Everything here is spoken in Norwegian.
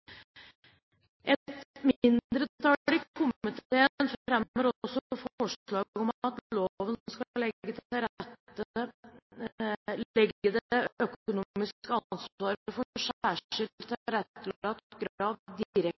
Et mindretall i komiteen fremmer også forslag om at loven skal legge det økonomiske ansvaret for særskilt tilrettelagt grav direkte